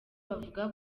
bavuga